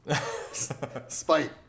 Spite